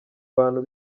bantu